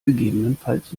gegebenenfalls